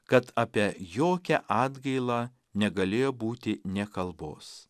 kad apie jokią atgailą negalėjo būti nė kalbos